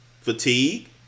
fatigue